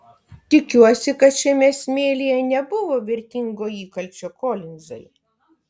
tikiuosi kad šiame smėlyje nebuvo vertingo įkalčio kolinzai